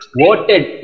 voted